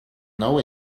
know